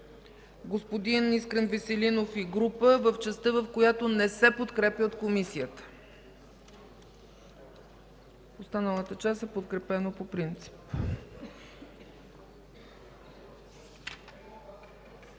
господин Искрен Веселинов и група в частта, в която не се подкрепя от Комисията. В останалата част е подкрепено по принцип.